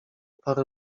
parę